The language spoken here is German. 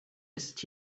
ist